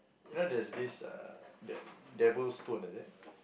you know there's this uh De~ Devil-Stone is it